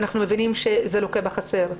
אנחנו מבינים שזה לוקה בחסר.